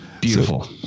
Beautiful